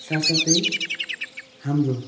साथ साथै हाम्रो